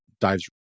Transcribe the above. dives